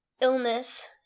illness